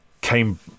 came